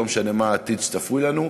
לא משנה מה העתיד שצפוי לנו,